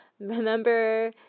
Remember